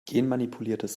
genmanipuliertes